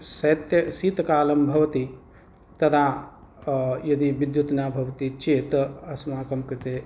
शैत्यं शीतकालं भवति तदा यदि विद्युत् न भवति चेत् अस्माकं कृते